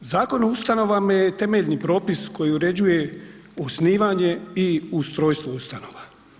Zakon o ustanovama je temeljni propis koji uređuje osnivanje i ustrojstvo ustanova.